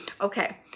Okay